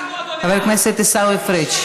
אנחנו אדוני הארץ.